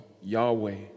Yahweh